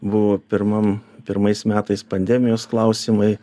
buvo pirmam pirmais metais pandemijos klausimai